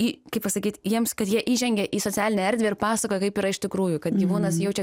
į kaip pasakyt jiems kad jie įžengia į socialinę erdvę ir pasakoja kaip yra iš tikrųjų kad gyvūnas jaučia